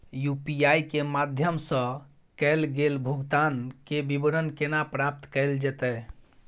UPI के माध्यम सं कैल गेल भुगतान, के विवरण केना प्राप्त कैल जेतै?